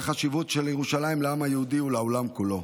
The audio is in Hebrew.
החשיבות של ירושלים לעם היהודי ולעולם כולו.